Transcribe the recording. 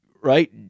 right